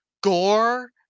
gore